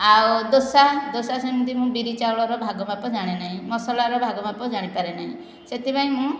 ଆଉ ଦୋସା ଦୋସା ସେମିତି ମୁଁ ବିରି ଚାଉଳର ଭାଗ ମାପ ଜାଣେ ନାହିଁ ମସଲାର ଭାଗ ମାପ ଜାଣି ପରେ ନାହିଁ ସେଥିପାଇଁ ମୁଁ